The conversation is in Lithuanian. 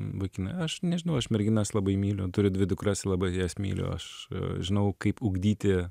būkime aš nežinau aš merginas labai myliu turiu dvi dukras ir labai jas myliu aš žinau kaip ugdyti